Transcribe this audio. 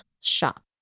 shop